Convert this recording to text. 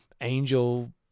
Angel